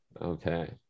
okay